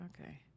okay